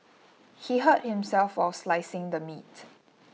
he hurt himself while slicing the meat